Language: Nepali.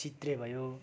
चित्रे भयो